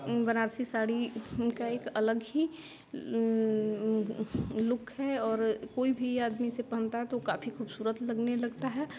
बनारसी साड़ी उनका एक अलग ही लुक है और कोई भी आदमी उसे पहनता है तो काफी ख़ूबसूरत लगने लगता है